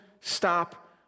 stop